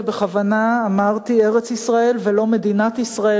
ובכוונה אמרתי "ארץ-ישראל" ולא "מדינת ישראל".